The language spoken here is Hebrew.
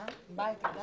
הישיבה ננעלה